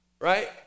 right